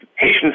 patients